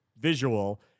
visual